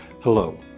Hello